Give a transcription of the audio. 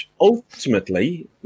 Ultimately